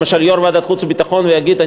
למשל יו"ר ועדת חוץ וביטחון יגיד: